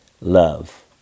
love